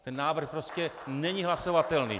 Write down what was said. Ten návrh prostě není hlasovatelný.